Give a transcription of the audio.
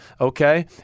okay